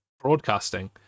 broadcasting